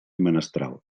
menestral